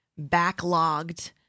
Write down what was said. backlogged